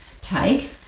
take